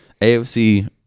AFC